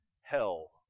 hell